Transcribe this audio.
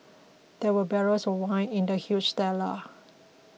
there were barrels of wine in the huge cellar